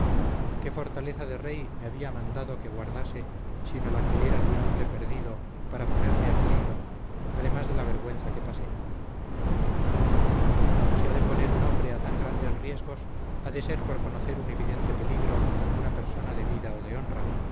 qué fortaleza de rey me había mandado que guardase sino la que era de un hombre perdido para ponerme a peligro demás de la vergüenza que pasé cuando se ha de poner un hombre a tan grandes riesgos ha de ser por conocer un evidente peligro en alguna persona de vida o de honra